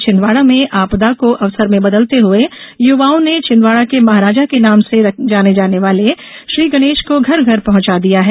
छिंदवाड़ा में आपदा को अवसर में बदलते हुए युवाओं ने छिंदवाडा के महाराजा के नाम से रखे जाने वाले श्रीगणेश को घर घर पहुंचा दिया है